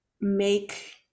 make